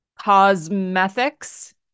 Cosmetics